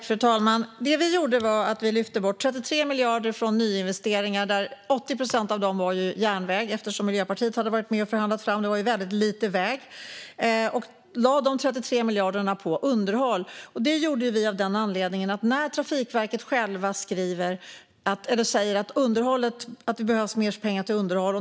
Fru talman! Vi lyfte bort 33 miljarder från nyinvesteringar. 80 procent av dem var järnväg. Miljöpartiet hade varit med i förhandlingarna, och det blev väldigt lite väg. De 33 miljarderna lades på underhåll. Detta gjorde vi därför att Trafikverket självt säger att det behövs mer pengar till underhåll.